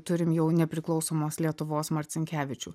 turim jau nepriklausomos lietuvos marcinkevičių